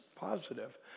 Positive